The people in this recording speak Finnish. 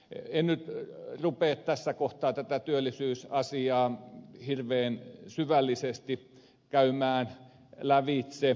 en nyt rupea tässä kohtaa tätä työllisyysasiaa hirveän syvällisesti käymään lävitse